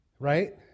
right